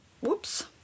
Whoops